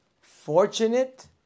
fortunate